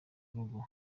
urugo